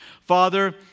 Father